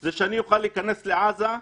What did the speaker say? זה שאני אוכל להיכנס לעזה,